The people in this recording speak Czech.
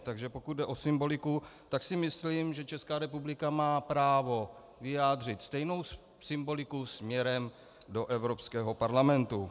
Takže pokud jde o symboliku, tak si myslím, že ČR má právo vyjádřit stejnou symboliku směrem do Evropského parlamentu.